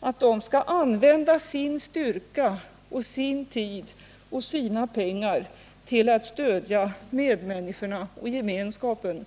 att de skall använda sin styrka, sin tid och sina pengar till att stödja medmänniskorna och gemenskapen.